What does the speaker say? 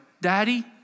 daddy